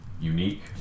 unique